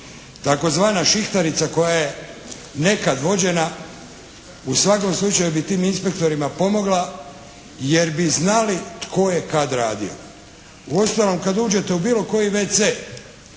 Tzv. šihtarica koja je nekad vođenja u svakom slučaju bi tim inspektorima pomogla jer bi znali tko je kad radio. Uostalom kad uđete u bilo koji WC